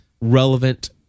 relevant